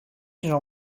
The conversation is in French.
j’en